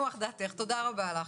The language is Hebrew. תודה רבה לך.